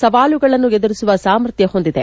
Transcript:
ಸವಾಲುಗಳನ್ನು ಎದುರಿಸುವ ಸಾಮರ್ಥ್ಯ ಹೊಂದಿದೆ